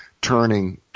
turning